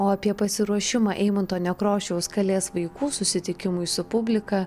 o apie pasiruošimą eimunto nekrošiaus kalės vaikų susitikimui su publika